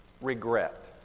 regret